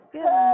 Good